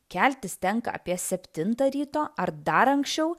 keltis tenka apie septintą ryto ar dar anksčiau